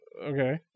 Okay